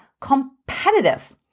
competitive